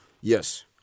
yes